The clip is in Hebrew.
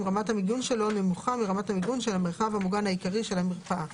רמת המיגון שלו נמוכה מרמת המיגון של המרחב המוגן העיקרי של המרפאה.